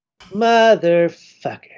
Motherfucker